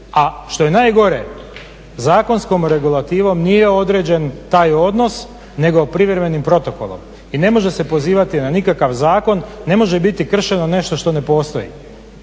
a što je najgore zakonskom regulativom nije određen taj odnos, nego privremenim protokolom, i ne može se pozivati na nikakav zakon, ne može biti kršeno nešto što ne postoji,